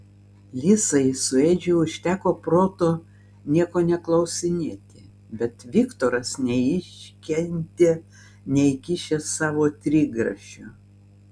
lisai su edžiu užteko proto nieko neklausinėti bet viktoras neiškentė neįkišęs savo trigrašio